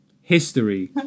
History